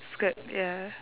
skirt ya